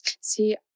See